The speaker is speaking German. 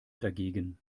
dagegen